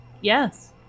Yes